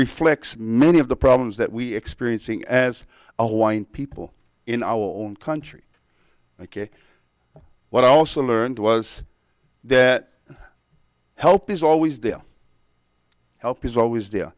reflects many of the problems that we're experiencing as a wine people in our own country ok what i also learned was that help is always they'll help is always there